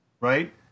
Right